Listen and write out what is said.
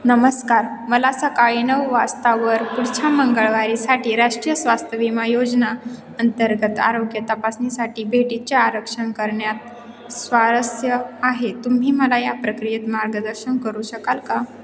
नमस्कार मला सकाळी नऊ वाजतावर पुढच्या मंगळवारसाठी राष्ट्रीय स्वास्थ्य विमा योजना अंतर्गत आरोग्य तपासणीसाठी भेटीचे आरक्षण करण्यात स्वारस्य आहे तुम्ही मला या प्रक्रियेत मार्गदर्शन करू शकाल का